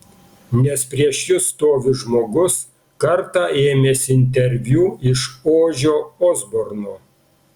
nes prieš jus stovi žmogus kartą ėmęs interviu iš ožio osborno